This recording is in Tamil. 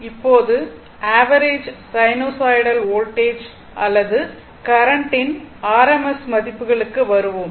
இப்போது ஆவரேஜ் சைனூசாய்டல் வோல்டேஜ் அல்லது கரண்ட் ன் RMS மதிப்புகளுக்கு வருவோம்